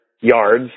yards